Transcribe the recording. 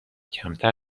کمتر